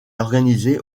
organisé